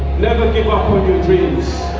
never give up on your dreams